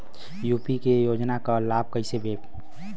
UP क योजना क लाभ कइसे लेब?